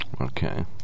Okay